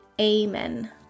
Amen